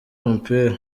umupira